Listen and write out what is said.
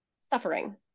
suffering